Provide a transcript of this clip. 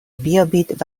بیابید